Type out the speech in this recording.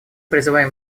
призываем